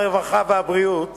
הרווחה והבריאות